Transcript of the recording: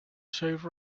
save